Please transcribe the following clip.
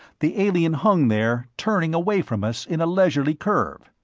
the alien hung there, turning away from us in a leisurely curve.